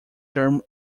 term